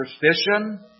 superstition